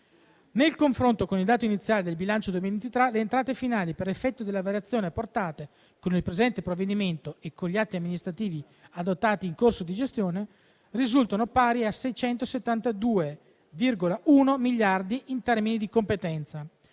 Nel confronto con il dato iniziale del bilancio 2023, le entrate finali, per effetto delle variazioni apportate con il presente provvedimento e con gli atti amministrativi adottati in corso di gestione, risultano pari a 672,1 miliardi in termini di competenza,